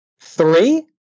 three